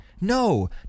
No